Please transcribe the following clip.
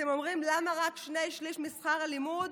אתם אומרים, למה רק שני-שלישים משכר הלימוד?